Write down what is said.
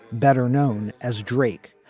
better known as drake,